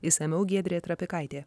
išsamiau giedrė trapikaitė